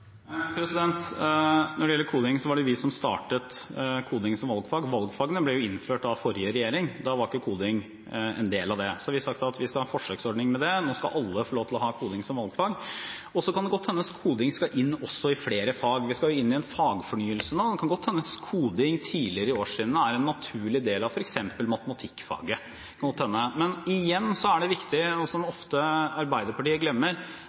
Valgfagene ble innført av forrige regjering, da var ikke koding en del av det. Vi har sagt at vi skal ha en forsøksordning, nå skal alle få lov til å ha koding som valgfag. Det kan hende at koding skal inn i flere fag. Vi skal nå inn i en fagfornyelse, og det kan godt hende at koding tidligere i årstrinnene er en naturlig del av f.eks. matematikkfaget. Men igjen er det viktig, som Arbeiderpartiet ofte glemmer,